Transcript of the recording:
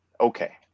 okay